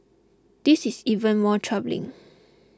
this is even more troubling